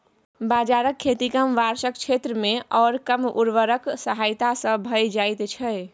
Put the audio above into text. बाजराक खेती कम वर्षाक क्षेत्रमे आओर कम उर्वरकक सहायता सँ भए जाइत छै